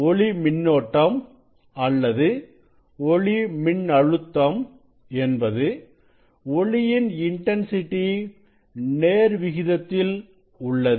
ஒளி மின்னோட்டம் அல்லது ஒளி மின்னழுத்தம் என்பது ஒளியின் இன்டன்சிட்டி நேர் விகிதத்தில் உள்ளது